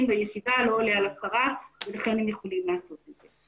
בישיבה לא עולה על 10 אנשים ולכן הם יכולים לעשות את זה.